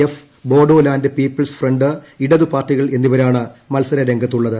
F Bodoland people's front ഇടതുപാർട്ടികൾ എന്നിവരാണ് മത്സരരംഗത്തുള്ളത്